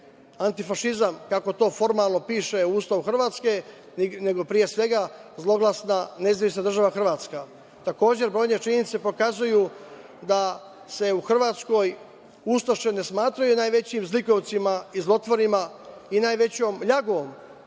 antifašizam, kako to formalno piše u Ustavu Hrvatske, nego pre svega zloglasna NDH.Takođe, brojne činjenice pokazuju da se u Hrvatskoj ustaše ne smatraju najvećim zlikovcima i zlotvorima i najvećom ljagom